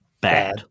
bad